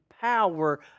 power